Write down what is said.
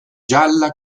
gialla